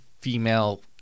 female